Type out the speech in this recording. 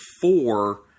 four